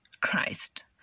Christ